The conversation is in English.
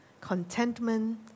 contentment